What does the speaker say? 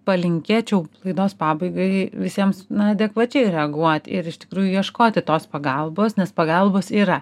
palinkėčiau laidos pabaigai visiems na adekvačiai reaguot ir iš tikrųjų ieškoti tos pagalbos nes pagalbos yra